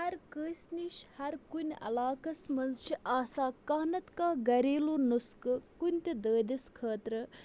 ہر کٲنٛسہِ نِش ہر کُنہِ علاقَس منٛز چھِ آسان کانٛہہ نَتہٕ کانٛہہ گریلوٗ نُسخہٕ کُنہِ تہِ دٲدِس خٲطرٕ